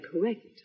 correct